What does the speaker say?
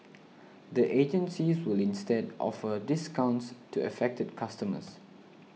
the agencies will instead offer discounts to affected customers